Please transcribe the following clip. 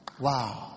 Wow